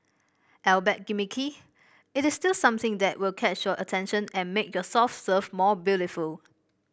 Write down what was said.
albeit gimmicky it is still something that will catch your attention and make your soft serve more beautiful